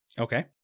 okay